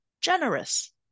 generous